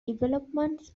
developments